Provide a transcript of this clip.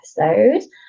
episode